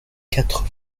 quatre